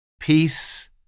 Peace